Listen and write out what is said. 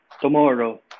tomorrow